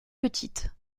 petite